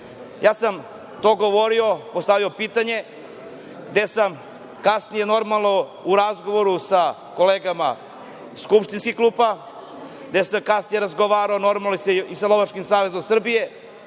sam to govorio, postavio pitanje, gde sam kasnije, normalno, u razgovoru sa kolegama iz skupštinskih klupa, gde sam kasnije razgovarao i sa Lovačkim savezom Srbije,